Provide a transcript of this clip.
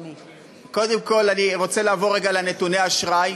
קודם כול אני רוצה לעבור רגע לנתוני אשראי